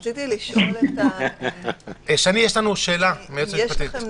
רציתי לשאול אם יש לכם נתונים.